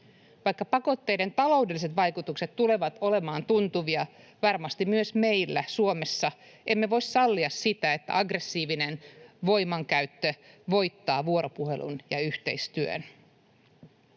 Vaikka pakotteiden taloudelliset vaikutukset tulevat olemaan tuntuvia varmasti myös meillä Suomessa, emme voi sallia sitä, että aggressiivinen voimankäyttö voittaa vuoropuhelun ja yhteistyön.